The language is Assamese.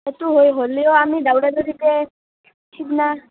সেইটো হয় হ'লেও আমি দাউৰা দাউৰিকে সিদনা